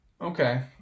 Okay